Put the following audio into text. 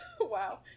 Wow